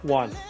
one